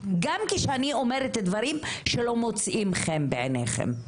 גם כשאני אומרת דברים שלא מוצאים חן בעיניכם.